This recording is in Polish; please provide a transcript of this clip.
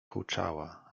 huczała